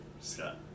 Scott